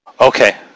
Okay